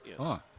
Yes